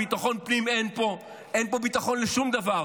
ביטחון פנים אין פה, אין פה ביטחון לשום דבר.